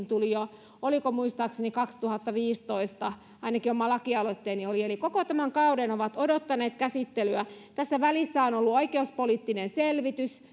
tuli jo oliko muistaakseni kaksituhattaviisitoista ainakin oma lakialoitteeni tuli silloin eli koko tämän kauden ovat odottaneet käsittelyä tässä välissä on on ollut oikeuspoliittinen selvitys